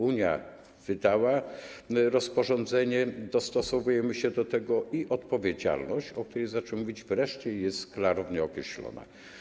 Unia wydała rozporządzenie, dostosowujemy się do tego i odpowiedzialność, o której zaczęło się mówić, wreszcie jest klarownie określona.